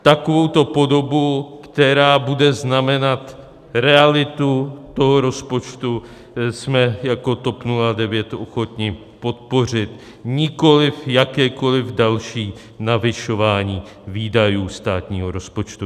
Takovouto podobu, která bude znamenat realitu rozpočtu, jsme jako TOP 09 ochotni podpořit, nikoliv jakékoliv další navyšování výdajů státního rozpočtu.